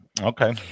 Okay